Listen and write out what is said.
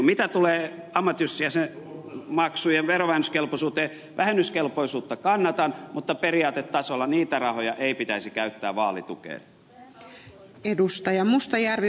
mitä tulee ammattiyhdistysjäsenmaksujen verovähennyskelpoisuuteen vähennyskelpoisuutta kannatan mutta periaatetasolla niitä rahoja ei pitäisi käyttää vaalitukeen